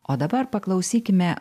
o dabar paklausykime